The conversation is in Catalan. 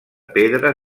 pedra